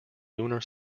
lunar